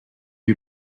you